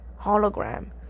hologram